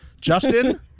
Justin